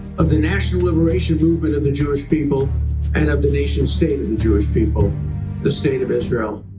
of the national liberation movement of the jewish people and of the nation state of the jewish people the state of israel.